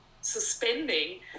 suspending